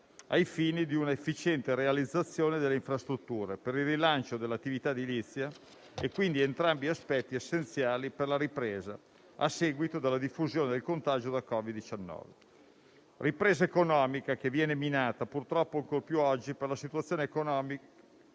ai fini di un'efficiente realizzazione delle infrastrutture per il rilancio dell'attività edilizia, entrambi aspetti essenziali per la ripresa a seguito della diffusione del contagio da Covid-19. La ripresa economica viene minata purtroppo ancor più oggi dalla situazione economica